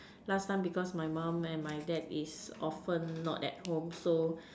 last time because my mum and my dad is often not at home so